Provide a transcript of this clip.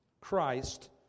Christ